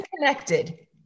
connected